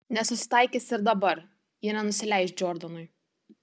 nesusitaikys ir dabar ji nenusileis džordanui